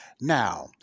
Now